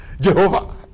Jehovah